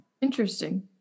Interesting